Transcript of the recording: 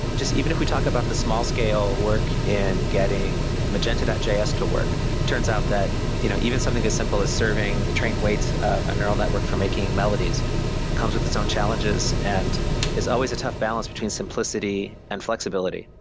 just even if we talk about the small-scale work in getting magenta js to work, it turns out that you know even something as simple as serving the trained weights of a neural network for making melodies comes with its own challenges and is always a tough balance between simplicity and flexibility,